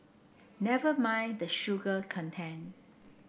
never mind the sugar content